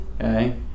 okay